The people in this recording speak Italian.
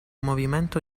movimento